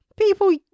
people